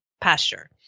pasture